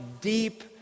deep